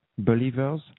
believers